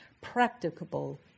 practicable